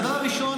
דבר ראשון,